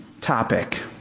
topic